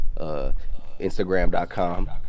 Instagram.com